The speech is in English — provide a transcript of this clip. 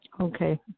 Okay